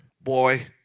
Boy